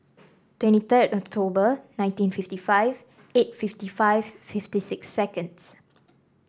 twenty three October nineteen fifty five eight fifty five fifty six